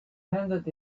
handed